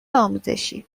آموزشی